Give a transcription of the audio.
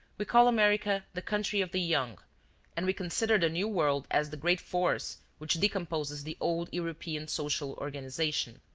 we call america the country of the young and we consider the new world as the great force which decomposes the old european social organization.